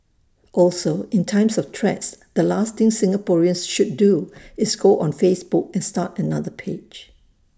also in times of threats the last thing Singaporeans should do is go on Facebook and start another page